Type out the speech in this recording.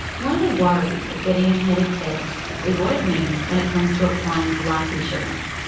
one of the worries of getting a genetic test is what it means when it comes to applying for life insurance,